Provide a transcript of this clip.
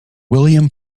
william